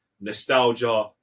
nostalgia